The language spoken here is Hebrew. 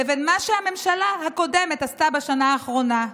לבין מה שהממשלה הקודמת עשתה בשנה האחרונה.